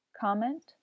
Comment